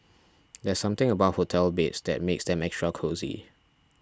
there's something about hotel beds that makes them extra cosy